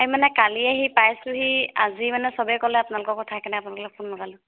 এই মানে কালি আহি পাইছোঁহি আজি মানে সবে ক'লে আপোনালোকৰ কথা সেইকাৰণে আপোনালোকলৈ ফোন লগালোঁ